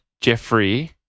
Jeffrey